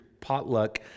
potluck